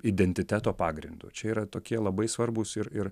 identiteto pagrindu čia yra tokie labai svarbūs ir ir